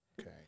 Okay